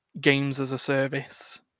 games-as-a-service